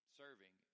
serving